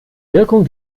wirkung